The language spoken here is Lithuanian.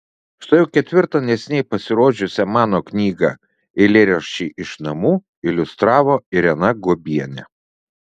štai jau ketvirtą neseniai pasirodžiusią mano knygą eilėraščiai iš namų iliustravo irena guobienė